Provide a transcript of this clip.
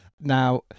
Now